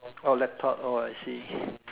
oh laptop oh I see